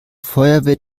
feuerwehr